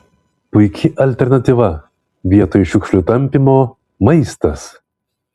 puiki alternatyva vietoj šiukšlių tampymo maistas